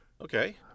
Okay